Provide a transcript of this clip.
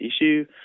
issue